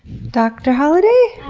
dr. holliday?